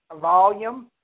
volume